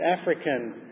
African